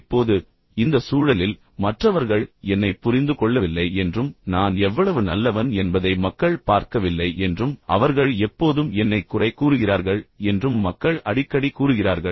இப்போது இந்த சூழலில் மற்றவர்கள் என்னைப் புரிந்து கொள்ளவில்லை என்றும் நான் எவ்வளவு நல்லவன் என்பதை மக்கள் பார்க்கவில்லை என்றும் அவர்கள் எப்போதும் என்னைக் குறை கூறுகிறார்கள் என்றும் மக்கள் அடிக்கடி கூறுகிறார்கள்